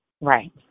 Right